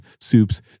soups